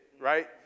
right